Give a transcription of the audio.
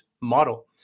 model